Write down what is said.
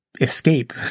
escape